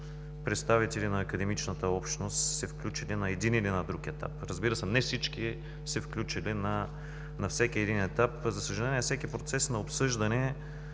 представители на академичната общност, които са включени на един или на друг етап. Разбира се, не всички са се включили на всеки един етап. За съжаление, всеки процес на обсъждане